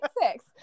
six